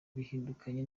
bitandukanye